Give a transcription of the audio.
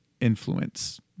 influence